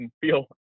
feel